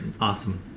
Awesome